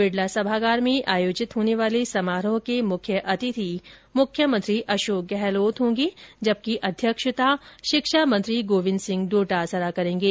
बिड़ला सभागार में आयोजित होने वाले समारोह के मुख्य अतिथि मुख्यमंत्री अशोक गहलोत होंगे जबकि अध्यक्षता शिक्षा मंत्री गोविन्द सिंह डोटासरा करेंगे